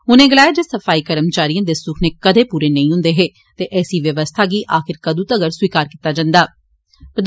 उनें गलाया जे सफाई कर्मचारिएं दे सुखने कदें पूरे नेईं हुन्दे हे ते ऐसी व्यवस्था गी आखिर कदू तगर स्वीकार कीता जन्दा